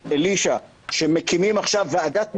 ואלישע, שמקימים עכשיו ועדת מומחים,